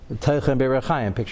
Picture